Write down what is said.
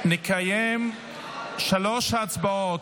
נקיים שלוש הצבעות.